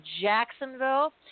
Jacksonville